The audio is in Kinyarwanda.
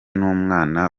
n’umwana